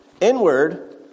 Inward